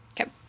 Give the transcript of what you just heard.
Okay